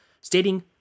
stating